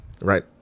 Right